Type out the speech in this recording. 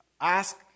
ask